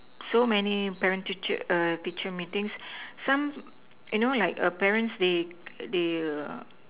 so many parent teacher err teacher meetings some you know like err parents they they err